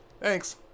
Thanks